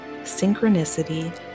synchronicity